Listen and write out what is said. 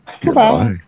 Goodbye